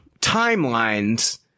timelines